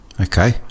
Okay